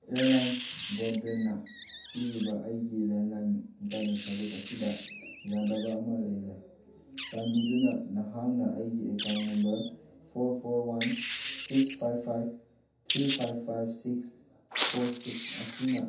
airlines ꯕ꯭ꯔꯣꯗꯕꯦꯟꯅ ꯄꯤꯔꯤꯕ ꯑꯩꯒꯤ ꯂꯦꯟꯂꯥꯏꯟ ꯏꯟꯇꯔꯅꯦꯠ ꯁꯥꯔꯕꯤꯁ ꯑꯁꯤꯗ ꯌꯥꯗꯕ ꯑꯃ ꯂꯩꯔꯦ ꯆꯥꯟꯕꯤꯗꯨꯅ ꯅꯍꯥꯛꯅ ꯑꯩꯒꯤ account number four four one six five five three five five six four six ꯑꯁꯤꯅ